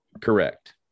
Correct